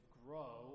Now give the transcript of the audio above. grow